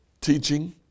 Teaching